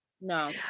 No